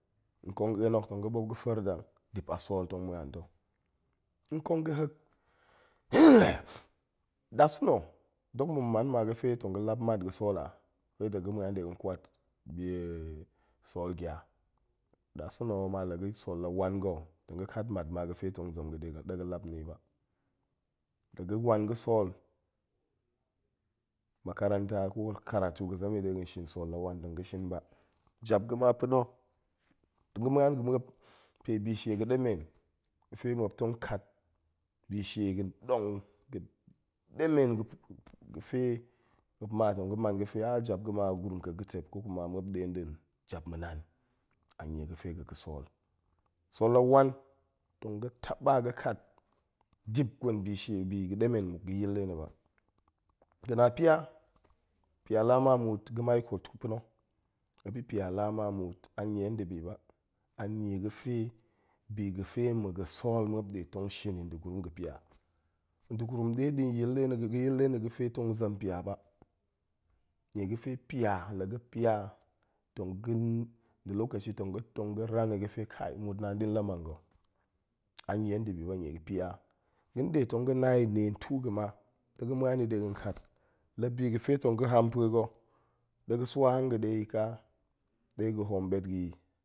Nkong a̱en hok tong ga̱ ɓuop ga̱ fa̱er zak, dip a sool tong ma̱an to. nkong ga̱ hek nasa̱na̱ dok ma̱ man ma fe tong ga̱ lap mat ga̱ sool a, ɗe tong ga̱ ma̱an de nkwa t sool gya. nasa̱na̱ ma la ga̱, sool la wan ga̱ tong ga̱ kat mat ma ga̱fe tong zem ga̱ de ga̱fe ɗe ga̱ lap ni ba. la ga̱ wan ga̱ sool, makaranta ko karatu ga̱ zem i de ga̱n shin, sool la wan tong ga̱ shin ba. jap ga̱ ma pa̱no, tong ga̱ ma̱anga̱ muop pe bi shie ga̱ ɗemen ga̱fe muop tong kat bishie ga̱ dong, ga̱ demen ga̱fe muop ma tong ga̱ man ga̱fe jap ga̱ ma muop agurum ƙek ga̱ tep ko kuma muop nɗe nɗin jap ma̱ nan, a nie ga̱fe ga̱, ga̱ sool. sool la wan, tong ga̱ taba ga̱ kat dip gwen bi shie, bi ga̱ ɗemen ga̱ yil nḏe na̱ ba. ga̱na pia, pia la ma muut, ga̱mai kut ta̱ pa̱na̱. muop ni pia laa ma muut, anie ndibi ba, anie ga̱fe bi ga̱ fe ma̱ ga̱ sool muop nɗe tong shin i nda̱ gurum ga̱ pia. nda̱ gurum nɗe ɗi yil nɗe na̱, ga̱ yil nɗe na̱ ga̱fe tong zem pia ba, nie ga̱fe pia, la ga̱ pia tong ga̱ nda̱ lokashi tong ga̱ tong ga̱ rang i kai muut naan ɗin la mang ga̱ a nie ndibi ba, nie pia. ga̱ ɗe tong ga̱ na i nen tuu ga̱ ma, ɗe ga̱ ma̱an i de ga̱n kaat la bi ga̱ fe tong ga̱ ham npue ga̱ ɗe ga̱ swa hanga̱ɗe i ka, ɗe ga̱ hoom ɓet ga̱ i